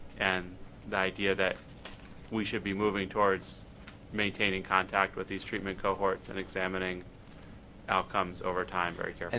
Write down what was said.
and the idea that we should be moving towards maintaining contact with these treatment cohorts and examining outcomes over time very carefully.